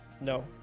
No